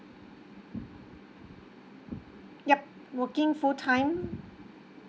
yup working full time